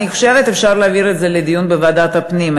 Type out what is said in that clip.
אני חושבת שאפשר להעביר את זה לדיון בוועדת הפנים.